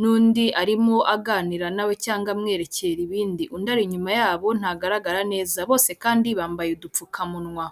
n'undi arimo aganira nawe cyangwa amwerekera ibindi, undi ari inyuma yabo ntagaragara neza bose kandi bambaye udupfukamunwa.